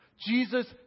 Jesus